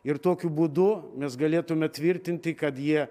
ir tokiu būdu mes galėtume tvirtinti kad jie